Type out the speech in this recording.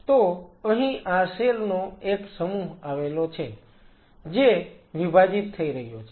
તો અહી આ સેલ નો એક સમૂહ આવેલો છે જે વિભાજીત થઈ રહ્યો છે